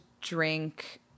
drink